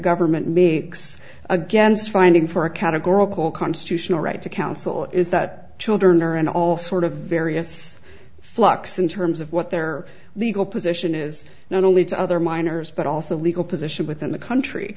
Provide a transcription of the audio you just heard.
government may against finding for a categorical constitutional right to counsel is that children are and all sort of various flux in terms of what their legal position is not only to other minors but also a legal position within the country